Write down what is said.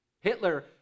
Hitler